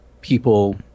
people